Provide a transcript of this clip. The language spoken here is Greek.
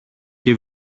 και